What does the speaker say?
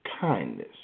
kindness